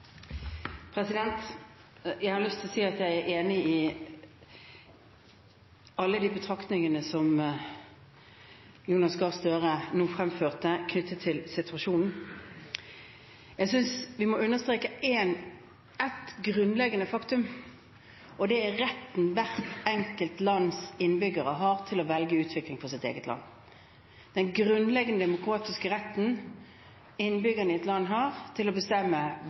Jeg har lyst til å si at jeg er enig i alle de betraktningene som Jonas Gahr Støre nå fremførte knyttet til situasjonen. Jeg synes vi må understreke et grunnleggende faktum, og det er retten hvert enkelt lands innbyggere har til å velge utvikling for sitt eget land, den grunnleggende demokratiske retten innbyggerne i et land har til å bestemme